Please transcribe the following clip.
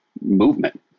movement